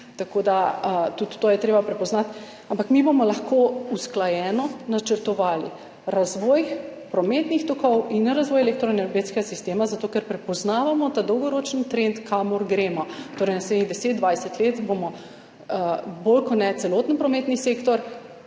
tako je tudi to treba prepoznati. Ampak mi bomo lahko usklajeno načrtovali razvoj prometnih tokov in razvoj elektroenergetskega sistema zato, ker prepoznavamo ta dolgoročni trend, kam gremo. Naslednjih deset, dvajset let bomo bolj kot ne celoten prometni sektor,